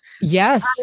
Yes